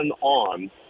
on